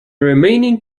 remaining